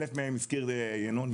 1,000 מהם הזכיר ינון,